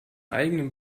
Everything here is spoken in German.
eigenen